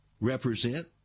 represent